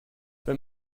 wenn